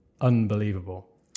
unbelievable